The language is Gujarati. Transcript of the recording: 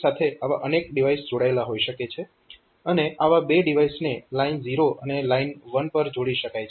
8086 સાથે આવા અનેક ડિવાઇસ જોડાયેલા હોઈ શકે છે અને આવા બે ડિવાઇસને લાઇન 0 અને લાઇન 1 પર જોડી શકાય છે